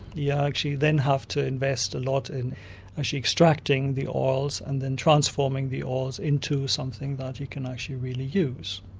yeah actually then have to invest a lot in actually extracting the oils and then transforming the oils into something that you can actually really use.